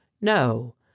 No